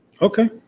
Okay